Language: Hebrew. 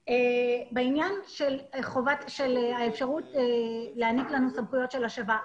בעניין האפשרות להעניק לנו סמכויות של השבה.